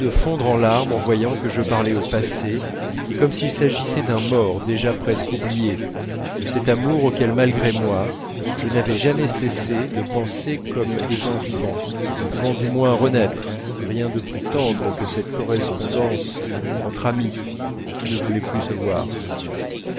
fondre en larmes en voyant que je parlais au passé et comme s'il s'agissait d'un mort déjà presque oublié de cet amour auquel malgré moi je n'avais jamais cessé de penser comme étant vivant pouvant du moins renaître rien de plus tendre que cette correspondance entre amis qui ne voulaient plus se voir